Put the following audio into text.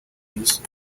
yesu